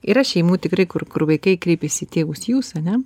yra šeimų tikrai kur kur vaikai kreipiasi į tėvus jūs ane